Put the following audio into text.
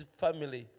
family